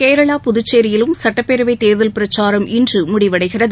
கேரளா புதுச்சேரியிலும் சட்டப்பேரவைத் தேர்தல் பிரச்சாரம் இன்று முடிவடைகிறது